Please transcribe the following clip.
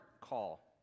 call